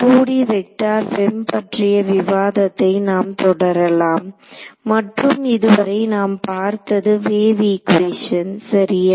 2D vector FEM பற்றிய விவாதத்தை நாம் தொடரலாம் மற்றும் இதுவரை நாம் பார்த்தது வேவ் ஈகுவேஷன் சரியா